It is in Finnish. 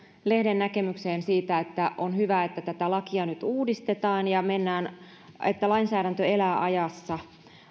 lehden näkemykseen siitä että on hyvä että tätä lakia nyt uudistetaan ja että lainsäädäntö elää ajassa